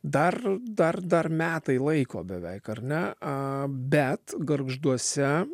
dar dar dar metai laiko beveik ar ne a bet gargžduose